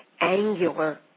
angular